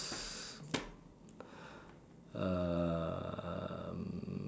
um